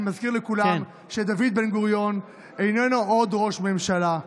אני מזכיר לכולם שדוד בן-גוריון איננו עוד ראש ממשלה,